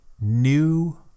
new